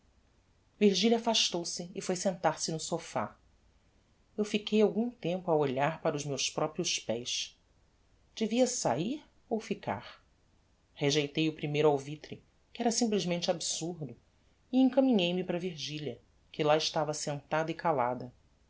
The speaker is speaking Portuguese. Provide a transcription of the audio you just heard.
repulsa virgilia afastou-se e foi sentar-se no sophá eu fiquei algum tempo a olhar para os meus proprios pés devia sair ou ficar rejeitei o primeiro alvitre que era simplesmente absurdo e encaminhei me para virgilia que lá estava sentada e calada